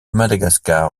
madagascar